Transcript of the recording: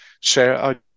share